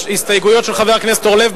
הסתייגויות של חבר הכנסת אורלב?